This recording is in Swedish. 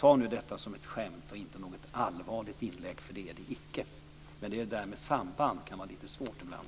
Ta nu detta som ett skämt och inte som ett allvarligt inlägg, för det är det icke! Men det där med samband kan vara lite svårt ibland.